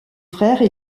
frères